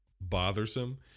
bothersome